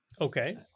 Okay